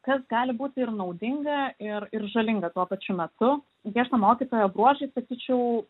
kas gali būti ir naudinga ir ir žalinga tuo pačiu metu griežto mokytojo bruožai sakyčiau